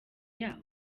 yaho